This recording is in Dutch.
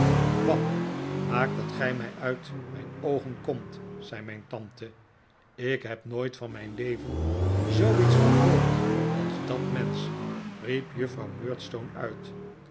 bah maak dat gij mij uit mijn oogen komt zei mijn tante ik heb nooit van mijn leven zoo iets gehoord als dat mensch riep juffrouw murdstone uit